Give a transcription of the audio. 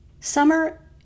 Summer